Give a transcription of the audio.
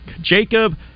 Jacob